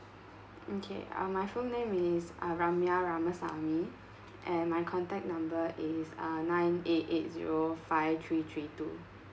okay uh my full name is uh ramia ramasamy and my contact number is uh nine eight eight zero five three three two